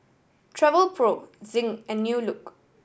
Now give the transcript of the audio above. Travelpro Zinc and New Look